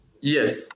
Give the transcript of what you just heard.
Yes